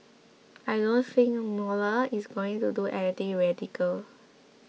I don't think Mueller is going to do anything radical